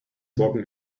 walking